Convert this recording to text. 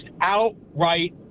outright